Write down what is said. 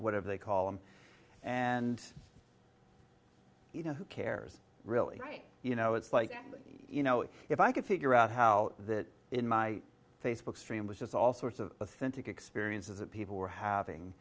whatever they call them and you know who cares really right you know it's like you know if i could figure out how that in my facebook stream which is all sorts of authentic experiences of people were having